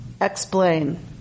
explain